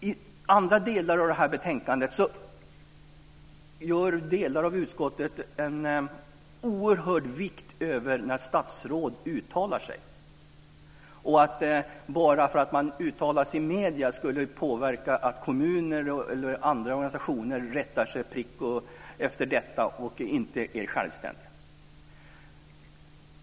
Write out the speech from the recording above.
I andra delar av detta betänkande lägger delar av utskottet en oerhörd vikt vid när statsråd uttalar sig. Bara för att man uttalar sig i medier skulle det påverka kommuner och andra organisationer att rätta sig efter detta till punkt och pricka och inte vara självständiga.